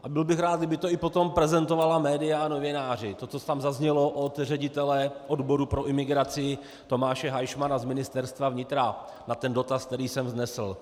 A byl bych rád, kdyby to i potom prezentovala média i novináři, to, co tam zaznělo od ředitele odboru pro imigraci Tomáše Haišmana z Ministerstva vnitra na ten dotaz, který jsem vznesl.